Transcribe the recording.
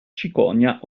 cicogna